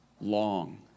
long